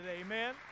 Amen